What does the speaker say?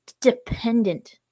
dependent